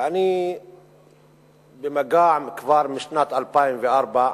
ואני במגע, כבר משנת 2004,